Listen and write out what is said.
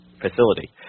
facility